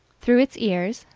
through its ears,